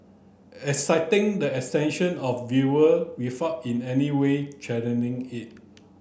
exciting the of viewer without in any way it